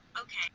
Okay